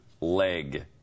leg